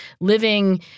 living